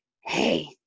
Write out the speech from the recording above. Hey